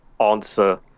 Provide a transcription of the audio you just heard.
answer